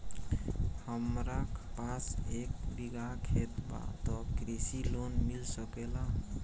हमरा पास एक बिगहा खेत बा त कृषि लोन मिल सकेला?